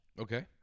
Okay